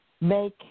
make